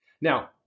Now